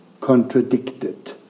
contradicted